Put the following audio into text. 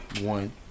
One